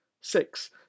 Six